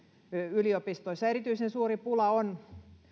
yliopistoissa erityisen suuri pula on